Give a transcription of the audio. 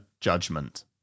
judgment